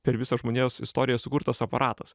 per visą žmonijos istoriją sukurtas aparatas